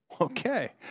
okay